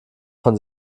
von